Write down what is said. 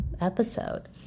episode